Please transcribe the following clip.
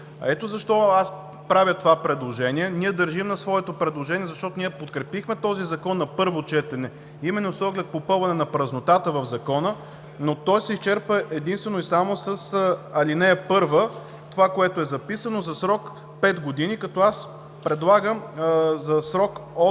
защо аз правя това предложение. Ние държим на своето предложение, защото подкрепихме този Законопроект на първо четене именно с оглед попълване на празнотата в Закона, но той се изчерпва единствено и само с ал. 1 – това, което е записано, за срок 5 години. Като аз предлагам „за срок от“